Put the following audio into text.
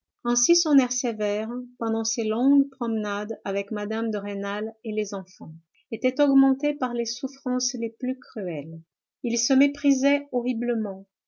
ainsi son air sévère pendant ses longues promenades avec mme de rênal et les enfants était augmenté par les souffrances les plus cruelles il se méprisait horriblement